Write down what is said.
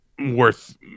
worth